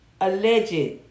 alleged